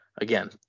again